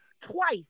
twice